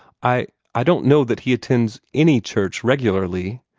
i i don't know that he attends any church regularly.